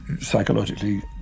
psychologically